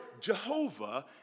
Jehovah